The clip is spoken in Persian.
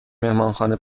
مهمانخانه